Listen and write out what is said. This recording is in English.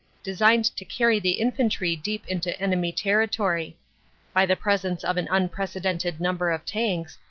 designed to carry the infantry deep into enemy territory by the presence of an unprecedented number of tanks,